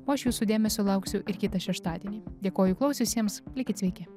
o aš jūsų dėmesio lauksiu ir kitą šeštadienį dėkoju klausiusiems likit sveiki